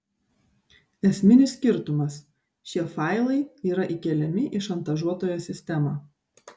esminis skirtumas šie failai yra įkeliami į šantažuotojo sistemą